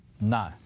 No